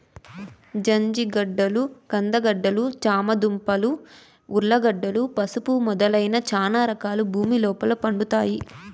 జంజిగడ్డలు, కంద గడ్డలు, చామ దుంపలు, ఉర్లగడ్డలు, పసుపు మొదలైన చానా రకాలు భూమి లోపల పండుతాయి